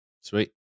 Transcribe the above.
Sweet